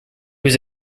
was